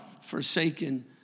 forsaken